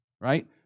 right